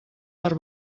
per